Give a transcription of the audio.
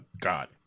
God